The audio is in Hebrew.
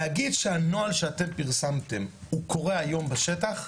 להגיד שהנוהל שאתם פרסמתם הוא קורה היום בשטח,